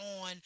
on